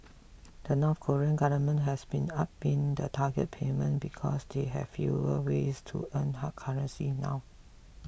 the North Korean government has been upping the target payment because they have fewer ways to earn hard currency now